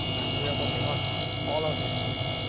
and we are working on all of these things.